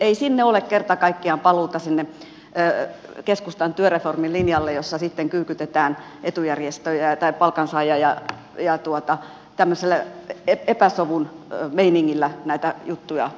ei ole kerta kaikkiaan paluuta sinne keskustan työreformilinjalle jossa kyykytetään etujärjestöjä tai palkansaajaa ja tämmöisellä epäsovun meiningillä näitä juttuja ratkotaan